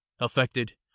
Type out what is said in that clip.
affected